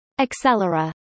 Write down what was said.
Accelera